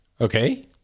Okay